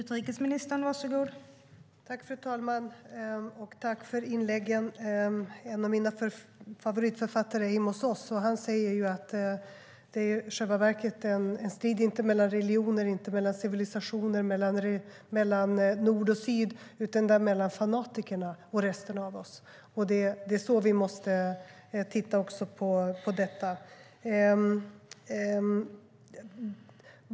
Fru talman! Jag tackar för inläggen. En av mina favoritförfattare är Amos Oz, och han säger att det inte är en strid mellan religioner, mellan civilisationer eller mellan nord och syd utan en strid mellan fanatiker och resten av oss. Det är så vi måste se det.